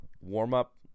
warm-up